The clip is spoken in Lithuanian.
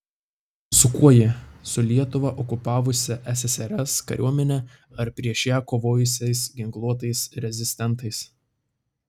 su kuo jie su lietuvą okupavusia ssrs kariuomene ar prieš ją kovojusiais ginkluotais rezistentais